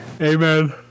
Amen